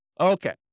Okay